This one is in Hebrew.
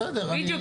בסדר אני -- בדיוק,